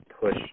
push